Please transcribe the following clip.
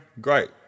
Great